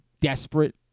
desperate